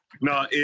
No